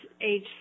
age